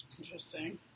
Interesting